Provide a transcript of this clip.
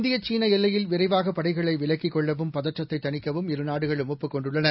இந்திய சீள எல்லையில் விரைவாக படைகளை விலக்கிக் கொள்ளவும் பதற்றத்தை தணிக்கவும் இரு நாடுகளும் ஒப்புக் கொண்டுள்ளன